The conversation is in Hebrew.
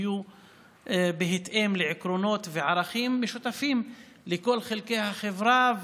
יהיו בהתאם לעקרונות ולערכים משותפים לכל חלקי החברה,